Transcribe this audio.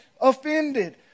offended